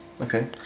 Okay